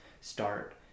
start